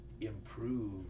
improve